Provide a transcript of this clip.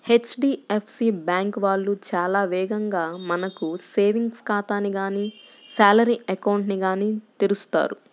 HDFC bank వాళ్ళు చాలా వేగంగా మనకు సేవింగ్స్ ఖాతాని గానీ శాలరీ అకౌంట్ ని గానీ తెరుస్తారు